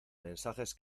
mensajes